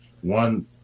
one